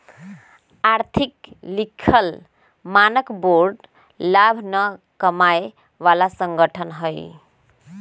आर्थिक लिखल मानक बोर्ड लाभ न कमाय बला संगठन हइ